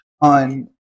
on